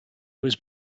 was